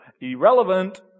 irrelevant